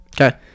Okay